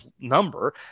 number